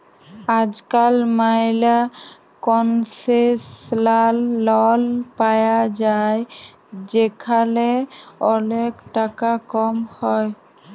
আজকাল ম্যালা concessional loan পায়া যায় যেখালে ওলেক টাকা কম হ্যয়